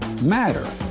matter